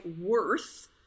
worth